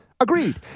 Agreed